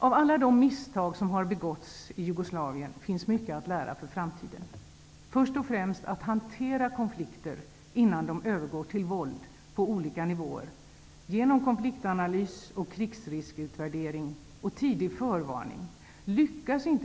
Av alla de misstag som har begåtts i Jugoslavien finns mycket att lära för framtiden, först och främst att konflikter skall hanteras på olika nivåer genom konfliktanalys, krigsriskutvärdering och tidig förvarning, innan konflikterna övergår i våld.